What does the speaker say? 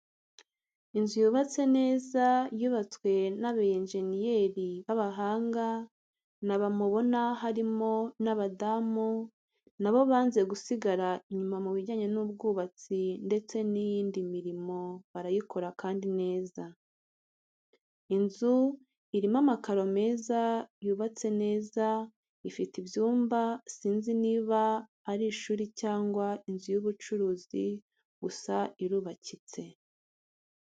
Inzu yubatse neza yubatswe na bayenjeniyeri b'abahanga, ni aba mubona harimo n'abadamu na bo banze gusigara inyuma mu bijyanye n'ubwubatsi ndetse n'iyindi mirimo barayikora kandi neza. Inzu irimo amakaro meza yubatse neza, ifite ibyumba sinzi niba ari ishuri cyangwa inzu y'ubucuruzi gusa irubakitse.